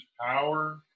power